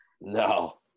No